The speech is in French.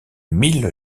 mille